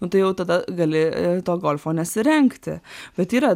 nu tai jau tada gali to golfo nesirengti bet yra